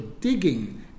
digging